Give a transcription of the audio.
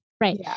right